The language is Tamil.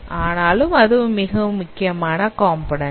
ஆனாலும் அதுவும் முக்கியமான காம்போநன்ண்ட்